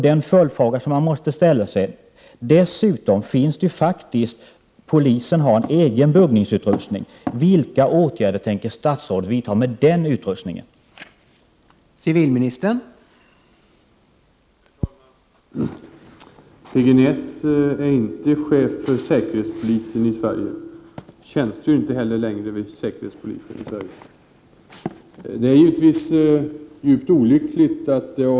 Den följdfråga som man måste ställa sig är vilka åtgärder statsrådet tänker vidta när det gäller den buggningsutrustning som polisen faktiskt har.